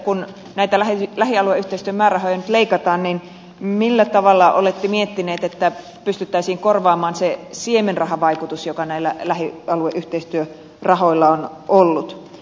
kun näitä lähialueyhteistyömäärärahoja nyt leikataan niin millä tavalla olette miettineet että pystyttäisiin korvaamaan se siemenrahavaikutus joka näillä lähialueyhteistyörahoilla on ollut